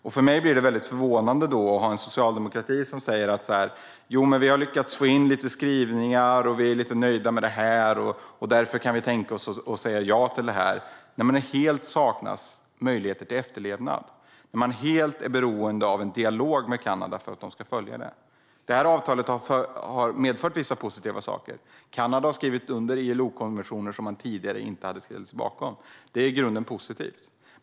Det blir då väldigt förvånande när socialdemokratin säger jo, vi har lyckats få in lite skrivningar och är lite nöjda med det här, och därför kan vi tänka oss att säga ja till detta - när det helt saknas möjligheter till efterlevnad. Man är helt beroende av en dialog med Kanada för att de ska följa avtalet. Detta avtal har medfört vissa positiva saker. Kanada har skrivit under ILO-konventioner som landet tidigare inte ställt sig bakom. Det är i grunden positivt.